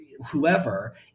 whoever